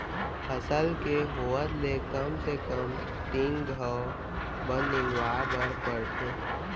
फसल के होत ले कम से कम तीन घंव बन निंदवाए बर परथे